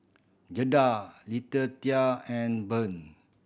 Jada Letitia and Burr